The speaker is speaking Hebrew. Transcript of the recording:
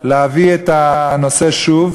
להביא את הנושא שוב